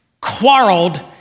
quarreled